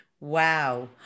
wow